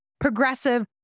progressive